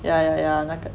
yeah yeah yeah 那个